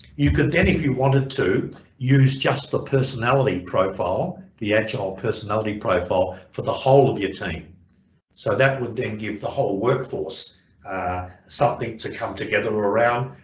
you can then if you wanted to use just the personality profile. the agile personality profile for the whole of your team so that would then give the whole workforce something to come together or around,